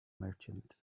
merchant